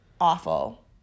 awful